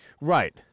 Right